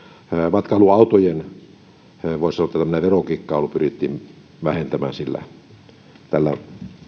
matkailuautojen voisi sanoa tämmöistä verokikkailua pyrittiin vähentämään tällä